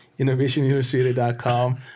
innovationuniversity.com